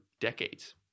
decades